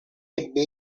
ebbe